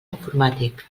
informàtic